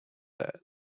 that